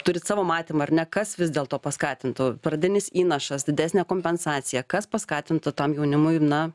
turit savo matymą ar ne kas vis dėlto paskatintų pradinis įnašas didesnė kompensacija kas paskatintų tam jaunimui na